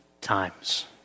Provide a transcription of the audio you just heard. times